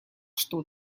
что